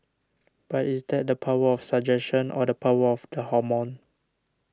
but is that the power of suggestion or the power of the hormone